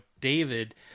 David